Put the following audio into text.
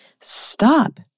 stop